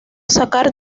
sacar